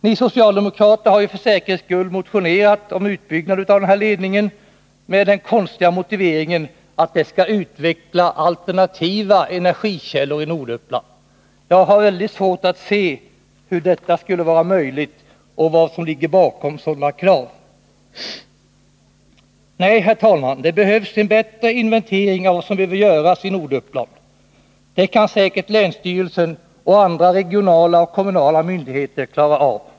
Ni socialdemokrater har ju för säkerhets skull motionerat om utbyggnad av ledningen, med den konstiga motiveringen att det skulle utveckla alternativa energikällor i Norduppland. Jag har väldigt svårt att se hur detta skulle vara möjligt och vad som ligger bakom sådana krav. Nej, herr talman, det behövs en bättre inventering av vad som behöver göras i Norduppland. Det kan säkert länsstyrelsen och andra regionala och kommunala myndigheter klara av.